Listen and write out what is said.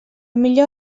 millor